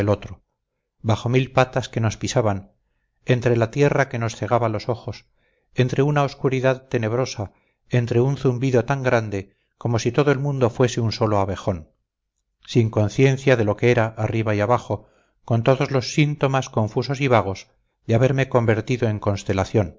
bajo mil patas que nos pisaban entre la tierra que nos cegaba los ojos entre una oscuridad tenebrosa entre un zumbido tan grande como si todo el mundo fuese un solo abejón sin conciencia de lo que era arriba y abajo con todos los síntomas confusos y vagos de haberme convertido en constelación